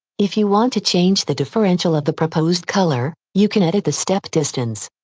if you want to change the differential of the proposed color, you can edit the step distance.